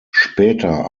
später